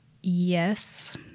Yes